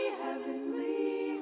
heavenly